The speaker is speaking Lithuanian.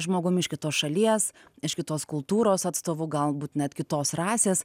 žmogum iš kitos šalies iš kitos kultūros atstovu galbūt net kitos rasės